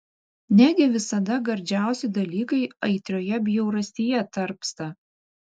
negi visada gardžiausi dalykai aitrioje bjaurastyje tarpsta